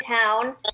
town